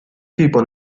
tipo